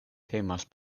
temas